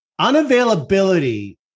Unavailability